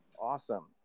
Awesome